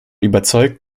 überzeugt